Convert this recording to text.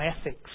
ethics